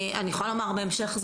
אני יכולה לומר בהמשך,